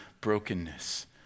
brokenness